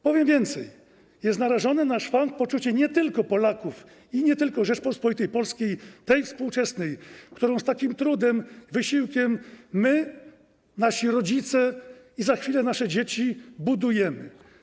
Powiem więcej, jest narażone na szwank poczucie nie tylko Polaków i nie tylko Rzeczypospolitej Polskiej, tej współczesnej, którą z takim trudem, wysiłkiem, my - nasi rodzice i za chwilę nasze dzieci - budujemy.